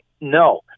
No